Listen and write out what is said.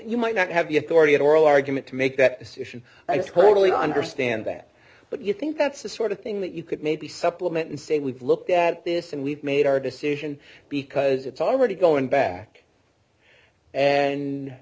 you might not have the authority at oral argument to make that decision i totally understand that but you think that's the sort of thing that you could maybe supplement and say we've looked at this and we've made our decision because it's already going back and